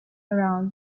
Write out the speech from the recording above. around